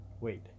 wait